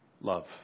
love